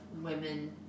women